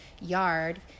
yard